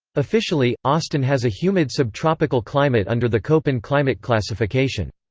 officially, austin has a humid subtropical climate under the koppen climate classification.